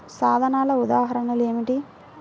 సాధనాల ఉదాహరణలు ఏమిటీ?